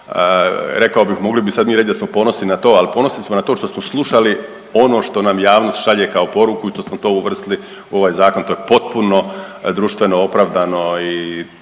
rekao bi, mogli bi sad mi reći da smo ponosni na to, ali ponosni smo na to što smo slušali ono što nam javnost šalje kao poruku i što smo to uvrstili u ovaj zakon. To je potpuno društveno opravdano i